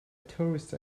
tourist